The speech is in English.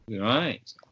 Right